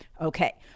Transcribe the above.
Okay